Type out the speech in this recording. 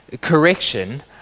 correction